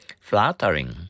flattering